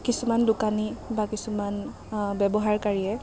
কিছুমান দোকানী বা কিছুমান ব্য়ৱহাৰকাৰীয়ে